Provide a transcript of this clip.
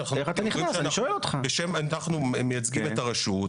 אנחנו מייצגים את הרשות.